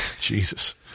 Jesus